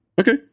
okay